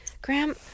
Graham